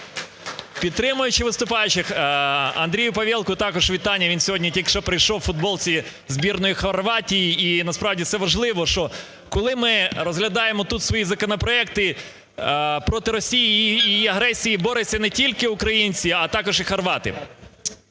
підтримуючи виступаючих, Андрію Павелку також вітання, він сьогодні тільки що прийшов у футболці збірної Хорватії. І насправді це важливо, що коли ми розглядаємо тут свої законопроекти, проти Росії і її агресії борються не тільки українці, а також і хорвати.